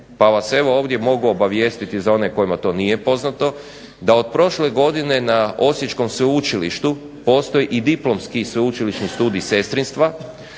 pa vas evo ovdje mogu obavijestiti za one kojima to nije poznato, da od prošle godine na osječkom sveučilištu postoji i diplomski sveučilišni studij sestrinstva,